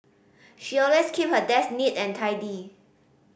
she always keep her desk neat and tidy